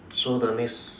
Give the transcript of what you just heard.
so the lease